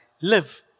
live